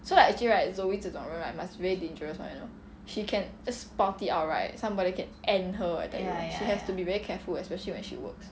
so like actually right zoey 这种人 right must be dangerous [one] you know she can just spout it out right somebody can end her eh she has to be very careful especially when she works